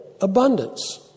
abundance